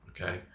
okay